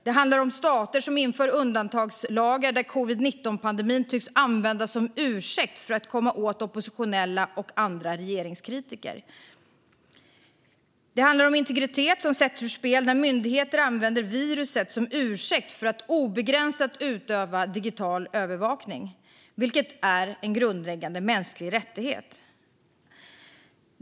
Det handlar om stater som inför undantagslagar där covid-19-pandemin tycks användas som ursäkt för att komma åt oppositionella och andra regeringskritiker. Det handlar om integritet som sätts ur spel när myndigheter använder viruset som ursäkt för att obegränsat utöva digital övervakning, vilket bryter mot en grundläggande mänsklig rättighet.